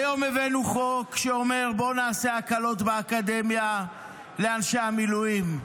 היום הבאנו חוק שאומר: בואו נעשה הקלות באקדמיה לאנשי המילואים,